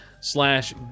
slash